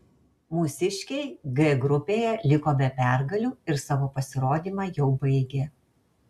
mūsiškiai g grupėje liko be pergalių ir savo pasirodymą jau baigė